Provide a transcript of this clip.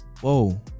whoa